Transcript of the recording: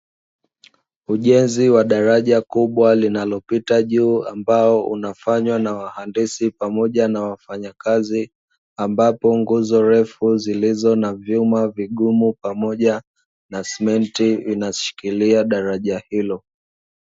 Ujenzi wa daraja kubwa linalopita juu, ambao unafanywa na wahandisi pamoja na wafanyakazi, ambapo nguzo refu zilizo na vyuma vigumu pamoja na simenti inashikiria daraja hilo.